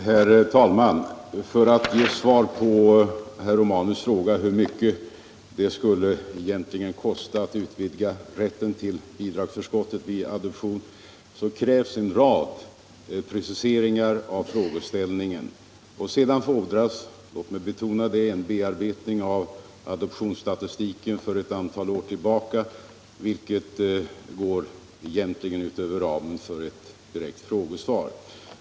Herr talman! För att ge svar på herr Romanus fråga hur mycket det egentligen skulle kosta att utvidga rätten till bidragsförskott vid adoption krävs en rad preciseringar av frågeställningen. Dessutom fordras — och det vill jag särskilt betona — en bearbetning av adoptionsstatistiken ett antal år tillbaka, vilket egentligen går utanför ramen för ett frågesvar.